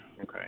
Okay